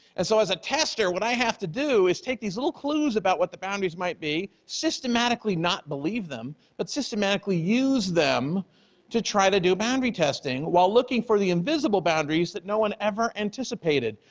and so as a tester, what i have to do is take these little clues about what the boundaries might be, systematically not believe them but systematically use them to try to do boundary testing while looking for the invisible boundaries that no one ever anticipated.